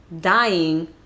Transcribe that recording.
dying